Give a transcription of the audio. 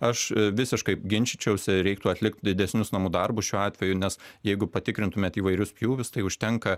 aš visiškai ginčyčiausi reiktų atlikt didesnius namų darbus šiuo atveju nes jeigu patikrintumėt įvairius pjūvius tai užtenka